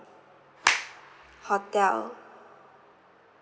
hotel